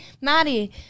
Maddie